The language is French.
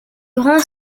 grand